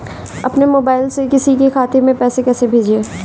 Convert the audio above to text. अपने मोबाइल से किसी के खाते में पैसे कैसे भेजें?